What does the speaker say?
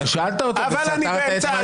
אבל שאלת אותו וסתרת את מה שהוא אמר.